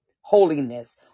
holiness